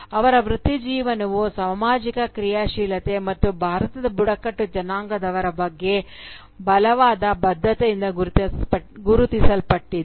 ಅವರ ವೃತ್ತಿಜೀವನವು ಸಾಮಾಜಿಕ ಕ್ರಿಯಾಶೀಲತೆ ಮತ್ತು ಭಾರತದ ಬುಡಕಟ್ಟು ಜನಾಂಗದವರ ಬಗ್ಗೆ ಬಲವಾದ ಬದ್ಧತೆಯಿಂದ ಗುರುತಿಸಲ್ಪಟ್ಟಿದೆ